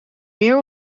meer